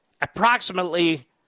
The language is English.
approximately